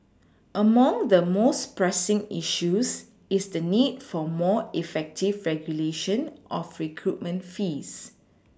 among the most pressing issues is the need for more effective regulation of recruitment fees